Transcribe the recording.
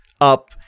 up